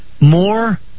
More